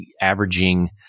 averaging